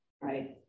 right